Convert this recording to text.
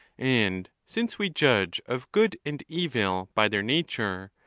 and since we judge of good and evil by their nature,